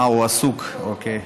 אה, הוא עסוק, אוקיי.